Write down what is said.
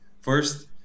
first